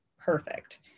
perfect